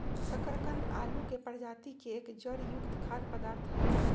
शकरकंद आलू के प्रजाति के एक जड़ युक्त खाद्य पदार्थ हई